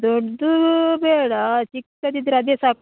ದೊಡ್ಡದು ಬೇಡ ಚಿಕ್ಕದಿದ್ದರೆ ಅದೇ ಸಾಕು